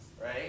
right